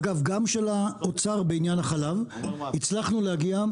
אגב גם של האוצר בעניין החלב הצלחנו להגיע,